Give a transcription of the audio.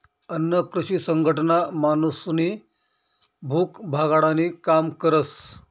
अन्न कृषी संघटना माणूसनी भूक भागाडानी काम करस